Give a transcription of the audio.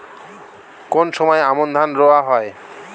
কোন সময় আমন ধান রোয়া হয়?